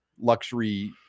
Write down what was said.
luxury